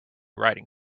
writing